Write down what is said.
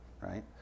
right